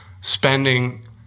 spending